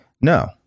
No